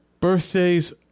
birthdays